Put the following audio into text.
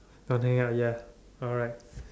don't hang up ya alright